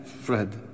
Fred